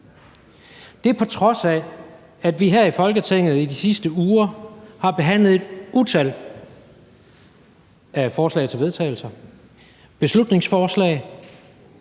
det er, på trods af at vi her i Folketinget i de sidste uger har behandlet et utal af forslag til vedtagelse og beslutningsforslag